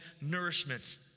nourishment